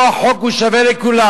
פה החוק הוא שווה לכולם.